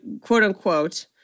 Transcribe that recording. quote-unquote